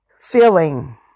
filling